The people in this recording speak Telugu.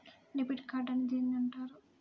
డెబిట్ కార్డు అని దేనిని అంటారు?